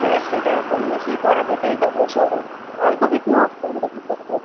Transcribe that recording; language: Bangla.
হ্যাঁ সেটা কম বেশি করা যেতেই পারে সে অল অল্প কিছু কম বেশি করা যাবে